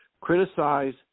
criticize